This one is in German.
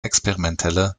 experimentelle